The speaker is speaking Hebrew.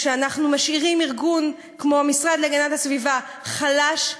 כשאנחנו משאירים ארגון כמו המשרד להגנת הסביבה חלש,